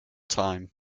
time